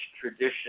tradition